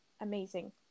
amazing